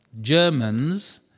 Germans